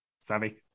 Sammy